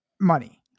money